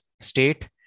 state